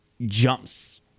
jumps